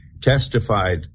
testified